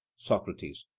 socrates.